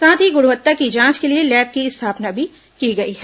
साथ ही गुणवत्ता की जांच के लिए लैब की स्थापना भी की गई है